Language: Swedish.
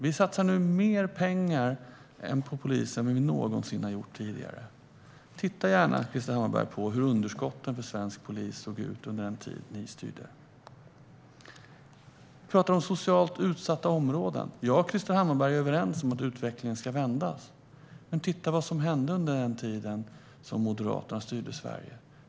Vi satsar nu mer pengar på polisen än vi någonsin har gjort tidigare. Titta gärna, Krister Hammarbergh, på hur underskotten för svensk polis såg ut under den tid ni styrde! Vi pratar om socialt utsatta områden. Jag och Krister Hammarbergh är överens om att utvecklingen ska vändas. Men titta på vad som hände under den tid som Moderaterna styrde Sverige!